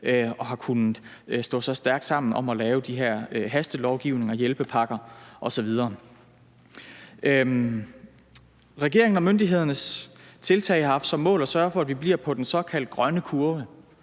at kunne stå så stærkt sammen om at lave de her hastelovgivninger, hjælpepakker osv. Regeringen og myndighedernes tiltag har haft som mål at sørge for, at vi bliver på den såkaldte grønne kurve,